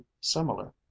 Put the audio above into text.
similar